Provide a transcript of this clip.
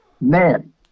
man